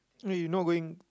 eh you not going